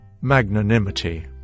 magnanimity